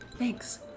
Thanks